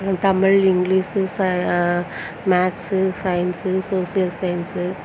Tamil English ச maths science social science